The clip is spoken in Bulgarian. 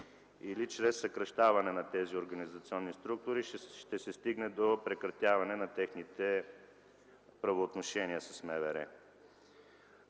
или чрез съкращаване на тези организационни структури ще се стигне до прекратяване на техните правоотношения с МВР?